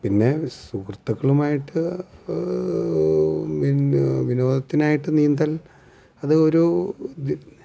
പിന്നെ സുഹൃത്തുക്കളുമായിട്ട് പിന്നെ വിനോദത്തിനായിട്ട് നീന്തൽ അത് ഒരു